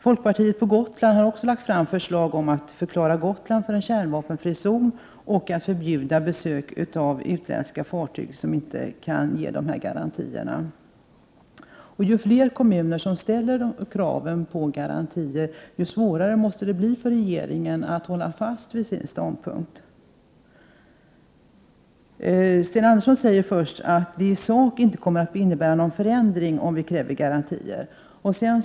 Folkpartiet på Gotland har lagt fram förslag om att Gotland skall förklaras som kärnvapenfri zon och om att man skall förbjuda besök av utländska fartyg som inte kan ge begärda garantier. Ju fler kommuner som ställer krav på garantier, desto svårare måste det bli för regeringen att hålla fast vid sin ståndpunkt. Sten Andersson säger först att det i sak inte kommer att innebära någon Prot. 1988/89:123 förändring om vi kräver garantier.